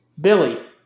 Billy